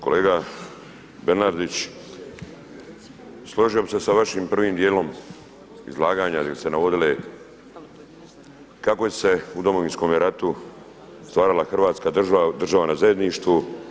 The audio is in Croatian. Kolega Bernardić, složio bih se sa vašim prvim dijelom izlaganja gdje ste navodili kako se je u Domovinskome ratu stvarala Hrvatska država na zajedništvu.